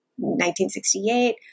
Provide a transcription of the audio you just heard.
1968